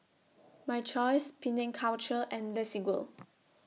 My Choice Penang Culture and Desigual